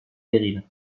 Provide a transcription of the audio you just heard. péril